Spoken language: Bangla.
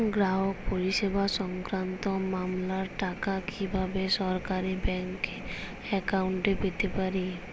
গ্রাহক পরিষেবা সংক্রান্ত মামলার টাকা কীভাবে সরাসরি ব্যাংক অ্যাকাউন্টে পেতে পারি?